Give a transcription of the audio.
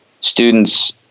students